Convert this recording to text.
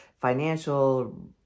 financial